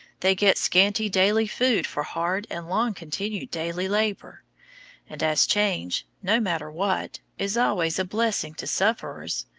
they get scanty daily food for hard and long-continued daily labor and as change, no matter what, is always a blessing to sufferers,